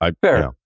Fair